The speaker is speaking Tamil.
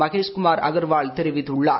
மகேஷ்குமார் அகர்வால் தெரிவித்துள்ளார்